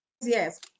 yes